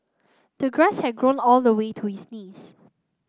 the grass had grown all the way to his knees